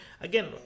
Again